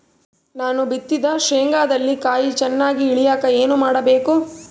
ನಾನು ಬಿತ್ತಿದ ಶೇಂಗಾದಲ್ಲಿ ಕಾಯಿ ಚನ್ನಾಗಿ ಇಳಿಯಕ ಏನು ಮಾಡಬೇಕು?